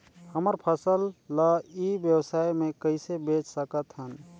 हमर फसल ल ई व्यवसाय मे कइसे बेच सकत हन?